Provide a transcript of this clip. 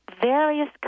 various